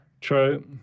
True